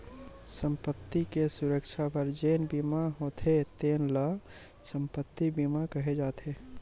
संपत्ति के सुरक्छा बर जेन बीमा होथे तेन ल संपत्ति बीमा केहे जाथे